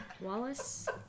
Wallace